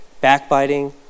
backbiting